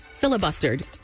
filibustered